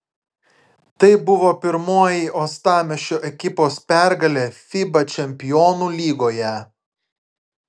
tai buvo pirmoji uostamiesčio ekipos pergalė fiba čempionų lygoje